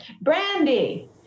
Brandy